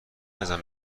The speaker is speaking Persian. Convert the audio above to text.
ازم